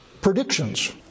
predictions